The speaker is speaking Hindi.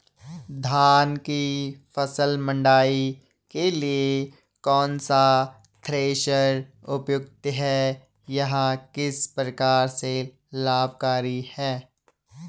धान की फसल मड़ाई के लिए कौन सा थ्रेशर उपयुक्त है यह किस प्रकार से लाभकारी है?